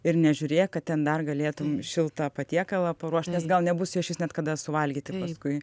ir nežiūrėk kad ten dar galėtum šiltą patiekalą paruošt nes gal nebus jo išvis net kada suvalgyti paskui